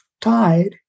tied